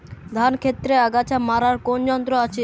ধান ক্ষেতের আগাছা মারার কোন যন্ত্র আছে?